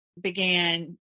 began